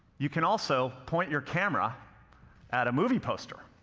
you can also point your camera at a movie poster,